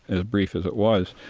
as brief as it was,